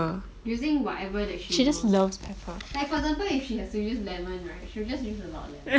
using whatever that she loves like for example if she has to use lemon right she will just use a lot of lemon